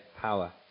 power